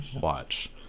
Watch